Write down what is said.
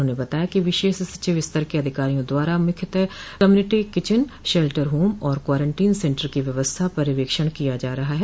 उन्होंने बताया कि विशेष सचिव स्तर के अधिकारियों द्वारा मुख्यतः कम्युनिटी किचन शेल्टर होम और कोरेन्टीन सेन्टर की व्यवस्था का पयवक्षण किया जा रहा है